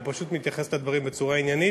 הוא פשוט מתייחס לדברים בצורה עניינית,